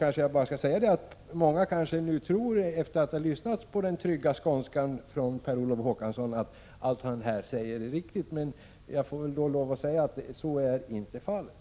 Nu är det kanske många som tror, efter att ha lyssnat till den trygga skånskan från Per Olof Håkansson, att allt han här säger är riktigt. Men jag får då lov att säga att så inte är fallet.